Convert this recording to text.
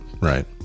Right